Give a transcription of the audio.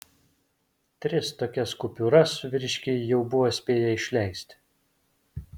tris tokias kupiūras vyriškiai jau buvo spėję išleisti